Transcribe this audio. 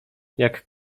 jak